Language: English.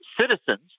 citizens